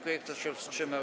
Kto się wstrzymał?